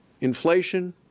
inflation